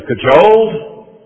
controlled